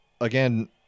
again